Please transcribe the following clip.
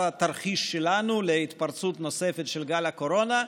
התרחיש שלנו להתפרצות נוספת של גל הקורונה.